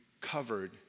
covered